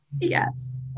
Yes